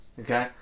okay